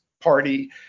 party